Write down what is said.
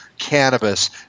cannabis